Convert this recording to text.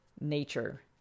nature